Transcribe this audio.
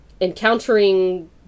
Encountering